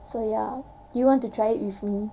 so ya do you want to try it with me